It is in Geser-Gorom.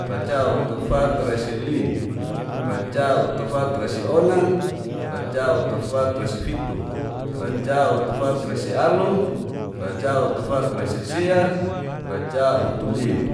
Racautufatresilim, racautufatresionan, racautufatresifitu, racautufatresialu, racautufatresi. racautulim,